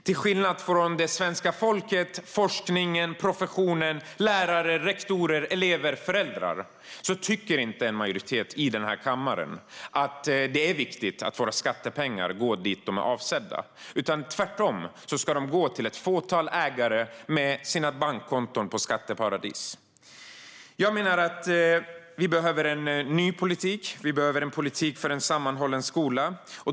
Till skillnad från svenska folket, forskningen, professionen, lärare, rektorer, elever och föräldrar tycker inte en majoritet i kammaren att det är viktigt att våra skattepengar går dit de är avsedda. Tvärtom ska de gå till ett fåtal ägare med bankkonton placerade i skatteparadis. Jag menar att vi behöver en ny politik för en sammanhållen skola.